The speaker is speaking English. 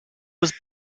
was